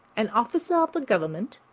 an officer of the government,